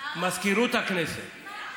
למזכירות הכנסת,